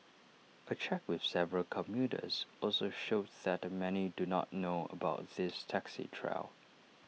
A check with several commuters also showed that many do not know about this taxi trial